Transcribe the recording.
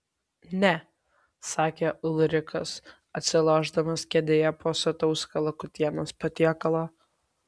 ne sakė ulrikas atsilošdamas kėdėje po sotaus kalakutienos patiekalo